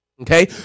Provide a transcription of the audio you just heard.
Okay